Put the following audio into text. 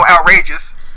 outrageous